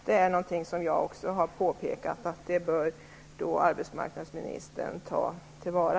Denna möjlighet har också jag sagt att arbetsmarknadsministern bör ta till vara.